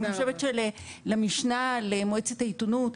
אני חושבת שלמשנה למועצת העיתונות,